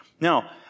Now